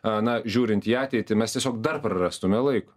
a na žiūrint į ateitį mes tiesiog dar prarastume laiko